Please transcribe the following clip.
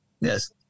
Yes